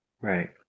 Right